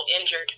injured